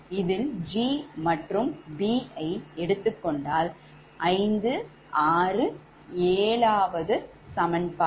இதில் G மற்றும் B ஐ எடுத்துக்கொண்டால் 567 சமன்பாடு